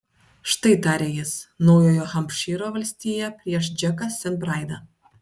štai tarė jis naujojo hampšyro valstija prieš džeką sent braidą